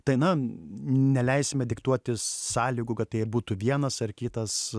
tai na neleisime diktuoti sąlygų kad tai būtų vienas ar kitas